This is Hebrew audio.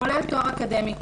כולל תואר אקדמי,